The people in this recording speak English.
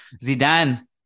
Zidane